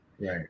right